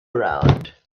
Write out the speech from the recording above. around